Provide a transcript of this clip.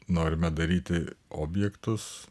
norime daryti objektus